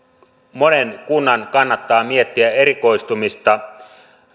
monen kunnan kannattaa miettiä erikoistumista